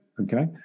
okay